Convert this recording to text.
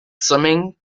swimming